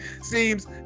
seems